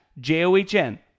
J-O-H-N